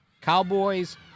Cowboys